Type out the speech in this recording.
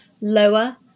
lower